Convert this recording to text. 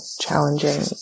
challenging